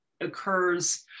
occurs